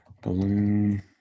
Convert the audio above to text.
Balloon